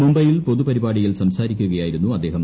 മുംബൈയിൽ പൊതുപരിപാടി യിൽ സംസാരിക്കുകയായിരുന്നു അദ്ദേഹം